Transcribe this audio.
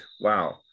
wow